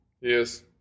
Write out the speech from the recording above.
Yes